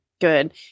Good